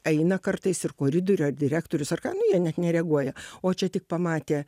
eina kartais ir koridoriu ar direktorius ar ką nu jie net nereaguoja o čia tik pamatė